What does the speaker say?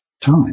time